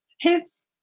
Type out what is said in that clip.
Hence